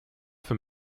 für